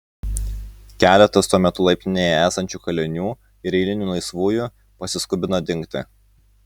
keletas tuo metu laiptinėje esančių kalinių ir eilinių laisvųjų pasiskubino dingti